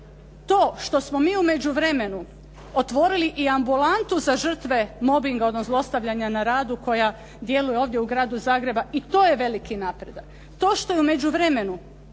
To što smo mi u međuvremenu otvorili i Ambulantu za žrtve mobinga odnosno zlostavljanja na radu koja djeluje ovdje u gradu Zagrebu, i to je veliki napredak. To što je u međuvremenu,